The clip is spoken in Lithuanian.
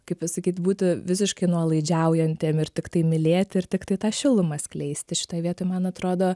kaip pasakyt būti visiškai nuolaidžiaujantiem ir tiktai mylėti ir tiktai tą šilumą skleisti šitoj vietoj man atrodo